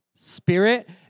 Spirit